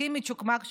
הכי מצ'וקמק שבעולם,